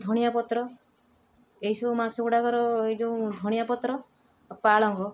ଧନିଆ ପତ୍ର ଏଇସବୁ ମାସ ଗୁଡ଼ାକର ଏଇ ଯେଉଁ ଧନିଆ ପତ୍ର ପାଳଙ୍ଗ